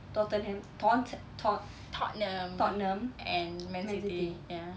tottenham tont~ tot~ tottenham and man city